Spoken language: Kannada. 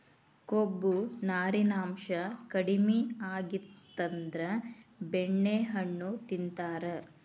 ಕೊಬ್ಬು, ನಾರಿನಾಂಶಾ ಕಡಿಮಿ ಆಗಿತ್ತಂದ್ರ ಬೆಣ್ಣೆಹಣ್ಣು ತಿಂತಾರ